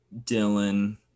Dylan